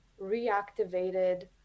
reactivated